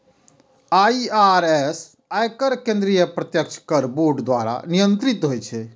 IRS, आयकर केंद्रीय प्रत्यक्ष कर बोर्ड द्वारा नियंत्रित होइ छै